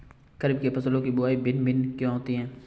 खरीफ के फसलों की बुवाई भिन्न भिन्न क्यों होती है?